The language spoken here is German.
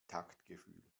taktgefühl